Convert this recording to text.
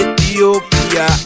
Ethiopia